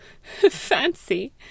Fancy